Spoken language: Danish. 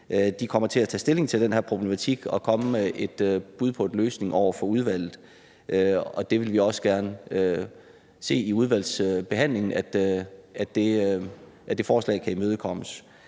kommer til at tage stilling til den her problematik og kommer med et bud på en løsning over for udvalget. Og vi ser også gerne i udvalgsbehandlingen, at det forslag kan imødekommes.